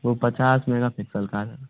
वो पचास मेगापिक्सल का है सर